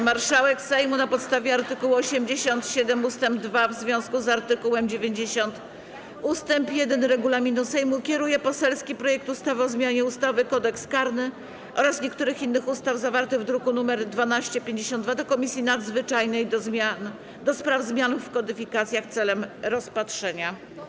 Marszałek Sejmu, na podstawie art. 87 ust. 2 w związku z art. 90 ust. 1 regulaminu Sejmu, kieruje poselski projekt ustawy o zmianie ustawy - Kodeks karny oraz niektórych innych ustaw, zawarty w druku nr 1252, do Komisji Nadzwyczajnej do spraw zmian w kodyfikacjach w celu rozpatrzenia.